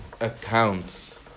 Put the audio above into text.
accounts